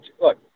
Look